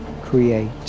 Create